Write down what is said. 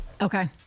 Okay